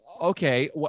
Okay